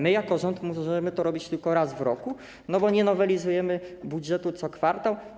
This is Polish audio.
My, jako rząd, możemy to robić tylko raz w roku, bo nie nowelizujemy budżetu co kwartał.